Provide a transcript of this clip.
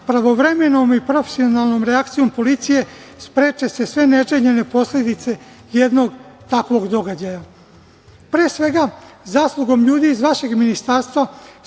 pravovremenom i profesionalnom reakcijom policije spreče se sve neželjene posledice jednog takvog događaja. Pre svega zaslugom ljudi iz vašeg ministarstva